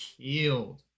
killed